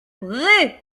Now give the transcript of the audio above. près